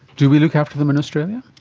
do we look after them in australia?